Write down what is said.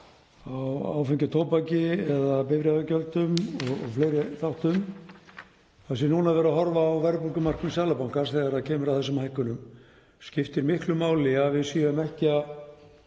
á áfengi og tóbaki eða bifreiðagjöldum og fleiri þáttum, það sé núna verið að horfa á verðbólgumarkmið Seðlabankans þegar kemur að þessum hækkunum. Það skiptir miklu máli að við séum ekki að